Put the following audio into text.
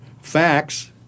facts